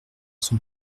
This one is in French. son